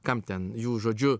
kam ten jų žodžiu